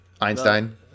Einstein